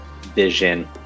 vision